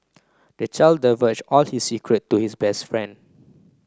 the child divulged all his secret to his best friend